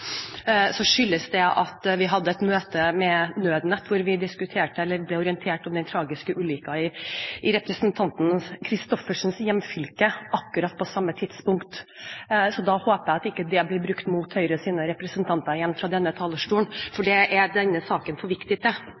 vi hadde et møte om Nødnett, hvor vi ble orientert om den tragiske ulykken i representanten Christoffersens hjemfylke, akkurat på samme tidspunkt. Jeg håper ikke det blir brukt mot Høyres representanter igjen fra denne talerstolen. Det er denne saken for viktig til.